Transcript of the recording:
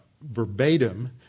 verbatim